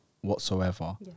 whatsoever